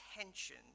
attention